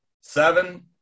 Seven